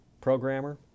programmer